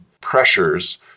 pressures